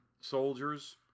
soldiers